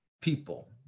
people